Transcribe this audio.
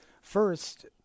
first